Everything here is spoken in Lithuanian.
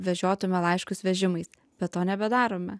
vežiotume laiškus vežimais bet to nebedarome